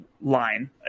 line